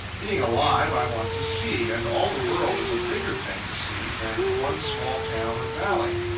being alive, i want to see, and all the world is a bigger thing to see than one small town or valley.